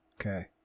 Okay